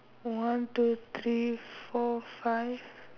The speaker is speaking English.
one two three four five